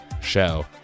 show